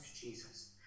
Jesus